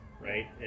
Right